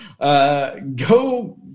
go